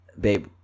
babe